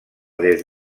des